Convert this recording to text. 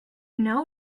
know